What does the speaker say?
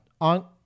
On